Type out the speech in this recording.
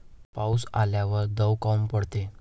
पाऊस आल्यावर दव काऊन पडते?